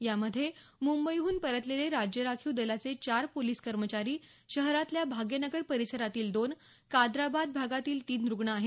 यामधे मुंबईहून परतलेले राज्य राखीव दलाचे चार पोलीस कर्मचारी शहरातल्या भाग्यनगर परिसरातील दोन कादराबाद भागातील तीन रुग्ण आहेत